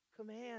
command